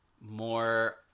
more